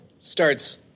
starts